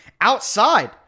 outside